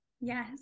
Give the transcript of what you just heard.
Yes